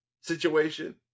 situation